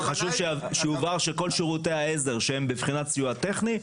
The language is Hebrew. חשוב שיובהר שכל שירותי העזר שהם בבחינת סיוע טכני,